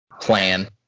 plan